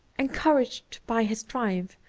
encouraged by his triumph,